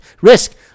risk